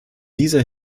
dieser